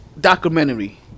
documentary